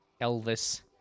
Elvis